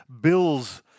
Bills